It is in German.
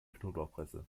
knoblauchpresse